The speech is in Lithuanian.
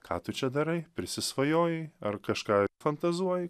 ką tu čia darai prisisvajojai ar kažką fantazuoji